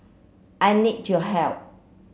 I need your help